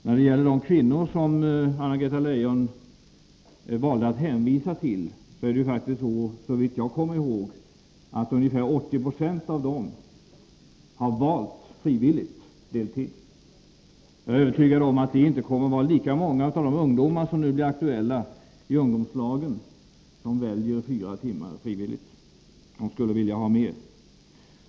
När det gäller de kvinnor som Anna-Greta Leijon valde att hänvisa till, så har ungefär 80 20 av dem, såvitt jag kommer ihåg, valt deltid frivilligt. Jag är övertygad om att det inte kommer att vara lika många av de ungdomar som nu blir aktuella i ungdomslagen som frivilligt väljer fyra timmar — de skulle vilja ha mer.